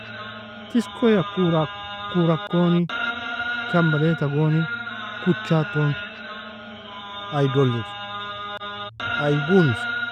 Tiskoeia, kurak, kurak koni, Kambaleta goni, kuchaton ay dolir ay gognir.